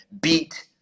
beat